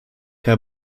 herr